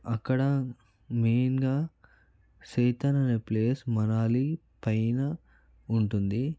అక్కడ మెయిన్గా సేతన్ అనే ప్లేస్ మనాలి పైన ఉంటుంది